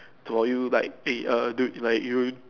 so are you like eh a err dude like you